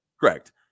Correct